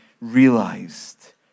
realized